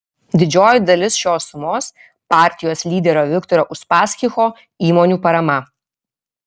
didžioji dalis šios sumos partijos lyderio viktoro uspaskicho įmonių parama